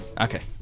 Okay